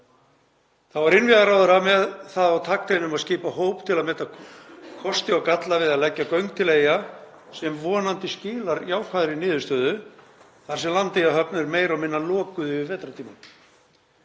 Þá var innviðaráðherra með það á takteinum að skipa hóp til að meta kosti og galla við að leggja göng til Eyja sem vonandi skilar jákvæðri niðurstöðu þar sem Landeyjahöfn er meira og minna lokuð yfir vetrartímann.